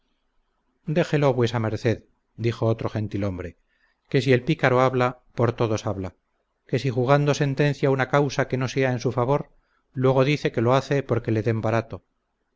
déjelo vuesa merced dijo otro gentil-hombre que si el pícaro habla por todos habla que si jugando sentencia una causa que no sea en su favor luego dice que lo hace porque le den barato